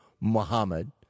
Muhammad